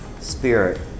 Spirit